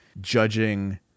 judging